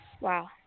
Wow